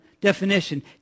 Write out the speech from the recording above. Definition